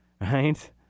right